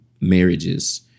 marriages